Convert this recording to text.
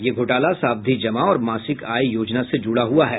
यह घोटाला सावधि जमा और मासिक आय योजना से जुड़ा हुआ है